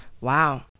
Wow